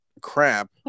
crap